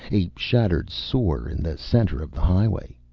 a shattered sore in the center of the highway.